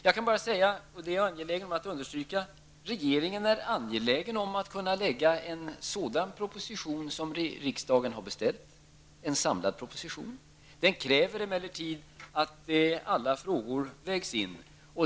Jag kan bara säga, och det är viktigt att understryka det, att regeringen är angelägen om att lägga fram den samlade proposition som riksdagen har beställt. Den kräver emellertid att alla frågor vägs in.